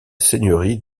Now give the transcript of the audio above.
seigneurie